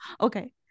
Okay